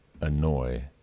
annoy